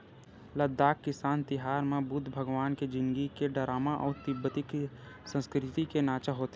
लद्दाख किसान तिहार म बुद्ध भगवान के जिनगी के डरामा अउ तिब्बती संस्कृति के नाचा होथे